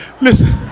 Listen